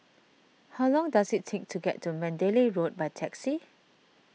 how long does it take to get to Mandalay Road by taxi